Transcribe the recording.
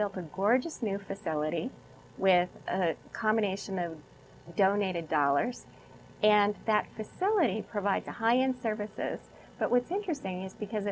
built a gorgeous new facility with a combination of donated dollars and that facility per by the high end services but what's interesting is because